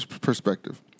perspective